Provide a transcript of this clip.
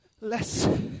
less